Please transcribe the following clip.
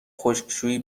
خشکشویی